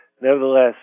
Nevertheless